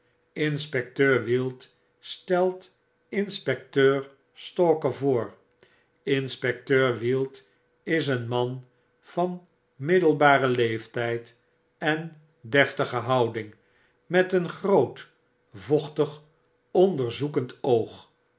inspecteur wield stelt inspecteur stalker voor inspecteur wield is een man van middelbaren leeftyd en deftige houding met een groot vochtig onderzoekeod oog